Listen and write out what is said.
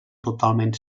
totalment